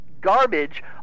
garbage